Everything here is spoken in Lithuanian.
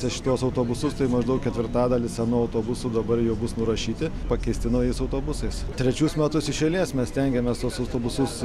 šituos autobusus tai maždaug ketvirtadalis senų autobusų dabar jau bus nurašyti pakeisti naujais autobusais trečius metus iš eilės mes stengiamės tuos autobusus